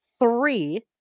three